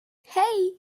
hey